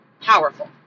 powerful